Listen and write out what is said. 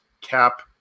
cap